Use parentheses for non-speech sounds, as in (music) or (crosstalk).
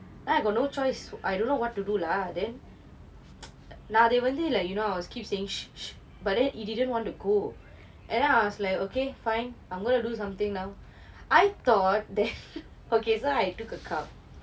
then I got no choice I don't know what to do lah then (noise) நான் அது வந்து:naan athu vanthu like you know I was keep saying (noise) (noise) but then it didn't want to go and then I was like okay fine I'm gonna do something now I thought then okay so I took a cup